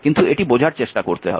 কিন্তু এটি বোঝার চেষ্টা করতে হবে